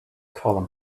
column